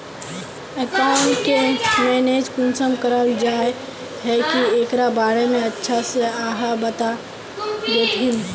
Account के manage कुंसम कराल जाय है की एकरा बारे में अच्छा से आहाँ बता देतहिन?